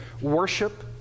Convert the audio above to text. worship